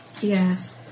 Yes